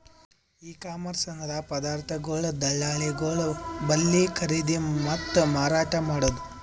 E commerce ಅಂದ್ರ ಪದಾರ್ಥಗೊಳ್ ದಳ್ಳಾಳಿಗೊಳ್ ಬಲ್ಲಿ ಖರೀದಿ ಮತ್ತ್ ಮಾರಾಟ್ ಮಾಡದು